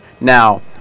Now